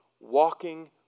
walking